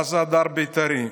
מה זה הדר בית"רי?